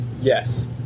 Yes